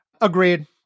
Agreed